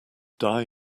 die